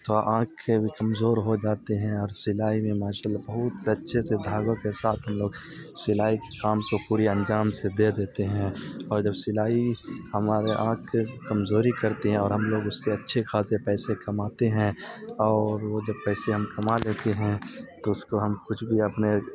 تو آنکھ کے بھی کمزور ہو جاتے ہیں اور سلائی میں ماشاء اللہ بہت اچھے سے دھاگوں کے ساتھ ہم لوگ سلائی کے کام کو پوری انجام سے دے دیتے ہیں اور جب سلائی ہمارے آنکھ کے کمزوری کرتے ہیں اور ہم لوگ اس سے اچھے خاصے پیسے کماتے ہیں اور وہ جب پیسے ہم کما لیتے ہیں تو اس کو ہم کچھ بھی اپنے